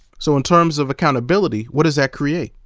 so, in terms of accountability, what does that create?